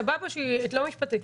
סבבה שאת לא משפטית,